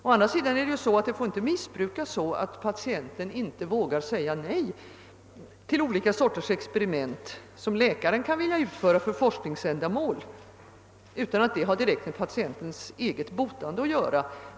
Det får å andra sidan inte missbrukas så, att patienten inte vågar säga nej till olika sorters experiment, som läkaren kan vilja utföra för forskningsändamål utan att det har direkt med patientens eget botande att göra.